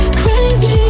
crazy